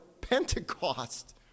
Pentecost